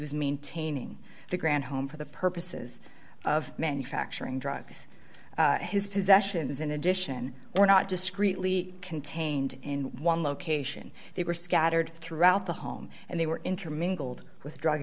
was maintaining the grant home for the purposes of manufacturing drugs his possessions in addition were not discretely contained in one location they were scattered throughout the home and they were intermingled with drug